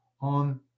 on